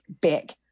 big